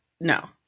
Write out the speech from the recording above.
no